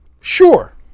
sure